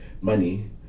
money